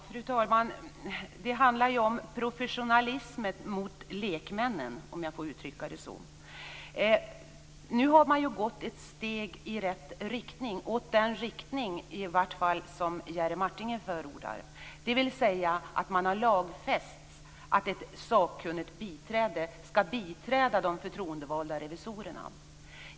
Fru talman! Det handlar ju om professionalismen mot lekmännen, om jag får uttrycka det så. Nu har man ju gått ett steg i rätt riktning, i vart fall i den riktning som Jerry Martinger förordar, dvs. att man har lagfäst att ett sakkunnigt biträde skall biträda de förtroendevalda revisorerna.